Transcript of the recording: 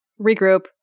regroup